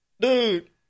Dude